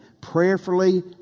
Prayerfully